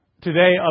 Today